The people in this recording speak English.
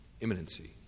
imminency